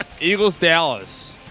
Eagles-Dallas